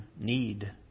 need